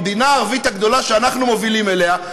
במדינה הערבית הגדולה שאנחנו מובילים אליה,